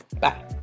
Bye